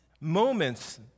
moments